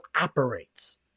operates